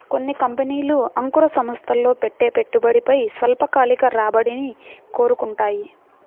కొన్ని కంపెనీలు అంకుర సంస్థల్లో పెట్టే పెట్టుబడిపై స్వల్పకాలిక రాబడిని కోరుకుంటాయి